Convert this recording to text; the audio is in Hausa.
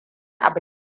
abu